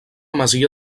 masia